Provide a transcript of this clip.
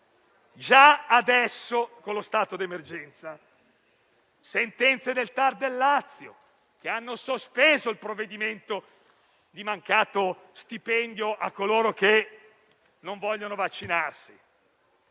già adesso con lo stato d'emergenza delle sentenze del TAR del Lazio hanno sospeso il provvedimento di mancato stipendio a coloro che non vogliono vaccinarsi,